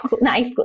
nice